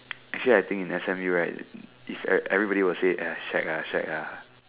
actually I think in S_M_U right everyone will say is shag ah shag ah